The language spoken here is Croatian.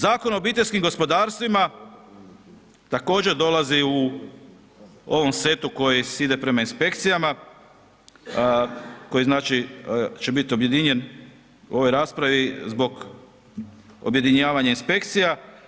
Zakon o obiteljskim gospodarstvima također dolazi u ovom setu koji ide prema inspekcijama, koji znači će biti objedinjen u ovoj raspravi zbog objedinjavanja inspekcija.